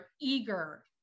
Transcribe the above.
eager